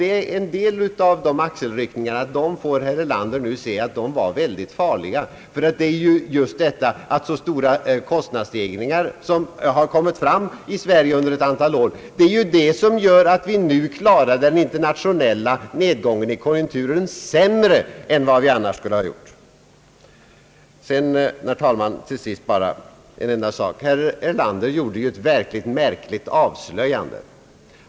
Herr Erlander kan nu få inse att en del av dessa axelryckningar var ytterst farliga, ty det är ju de stora kostnadsstegringar som ägt rum i Sverige under ett antal år som gör att vi nu klarar den internationella — konjunkturnedgången sämre än vad vi annars skulle ha gjort. Herr talman! Till sist bara en enda sak. Herr Erlander gjorde eit ytterst märkligt avslöjande.